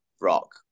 rock